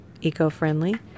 eco-friendly